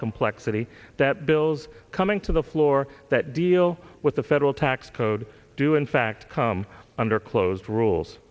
complexity that bills coming to the floor that deal with the federal tax code do in fact come under close rules